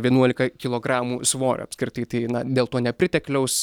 vienuolika kilogramų svorio apskritai tai na dėl to nepritekliaus